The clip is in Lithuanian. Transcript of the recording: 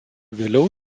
vėliau